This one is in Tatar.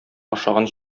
ашаган